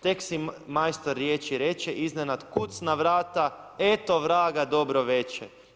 Tek si majstor riječi reče, iznenada kuc na vrata, eto vraga dobro veće.